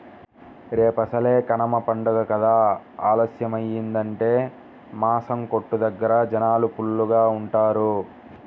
రేపసలే కనమ పండగ కదా ఆలస్యమయ్యిందంటే మాసం కొట్టు దగ్గర జనాలు ఫుల్లుగా ఉంటారు